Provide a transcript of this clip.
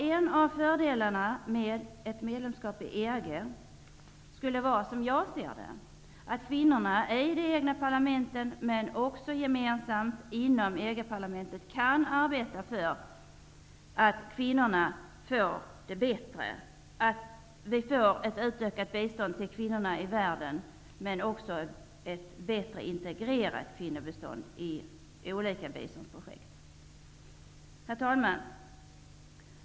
En av fördelarna med ett medlemskap i EG skulle, som jag ser det, vara att kvinnorna i de egna parlamenten -- men också gemensamt inom EG-parlamentet -- kan arbeta för att kvinnorna får det bättre; att vi får ett utökat bistånd till kvinnorna i världen, men också ett bättre integrerat kvinnobistånd i olika biståndsprojekt. Herr talman!